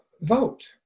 vote